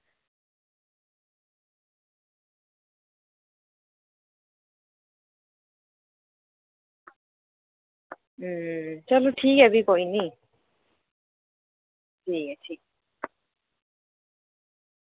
चलो ठीक ऐ भी कोई नी ठीक ऐ ठीक